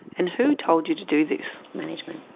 and who told you to do this? management.